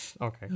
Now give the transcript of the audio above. Okay